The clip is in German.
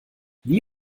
wie